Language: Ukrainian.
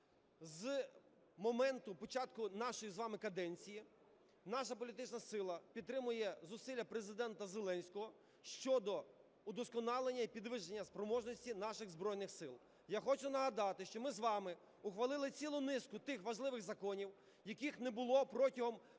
З моменту початку нашої з вами каденції, наша політична сила підтримує зусилля Президента Зеленського щодо вдосконалення і підвищення спроможності наших Збройних Сил. Я хочу нагадати, що ми з вами ухвалили цілу низку тих важливих законів, яких не було протягом всього